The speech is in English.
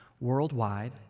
worldwide